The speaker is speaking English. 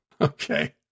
Okay